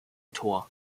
tor